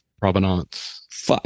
Provenance